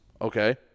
Okay